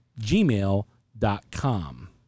gmail.com